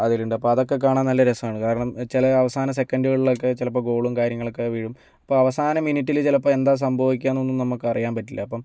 അതിലുണ്ട് അപ്പം അതൊക്കെ കാണാൻ നല്ല രസമാണ് കാരണം ചില അവസാന സെക്കൻഡുകളിലൊക്കെ ചിലപ്പോൾ ഗോളും കാര്യങ്ങളൊക്കെ വീഴും അപ്പം അവസാന മിനിറ്റിൽ ചിലപ്പോൾ എന്താ സംഭവിക്കുക എന്നൊന്നും നമുക്ക് അറിയാൻ പറ്റില്ല അപ്പം